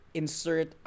insert